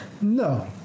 No